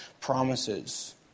promises